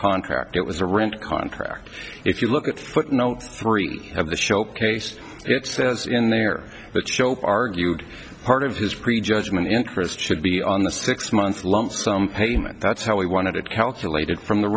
contract it was a rent contract if you look at footnote three of the showcase it says in there but show argued part of his pre judgment interest should be on the six month lump sum payment that's how we wanted it calculated from the